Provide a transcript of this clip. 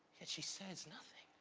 yet she says nothing